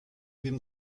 wiem